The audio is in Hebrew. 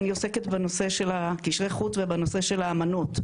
אני עוסקת בנושא של קשרי חוץ ובנושא של האמנות.